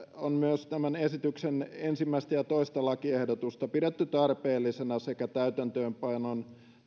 on myös tämän esityksen ensimmäinen ja toinen lakiehdotusta pidetty tarpeellisena sekä täytäntöönpanon